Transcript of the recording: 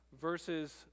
verses